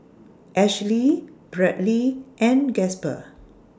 Ashlea Bradly and Gasper